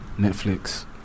Netflix